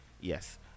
Yes